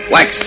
Wax